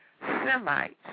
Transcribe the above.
Semites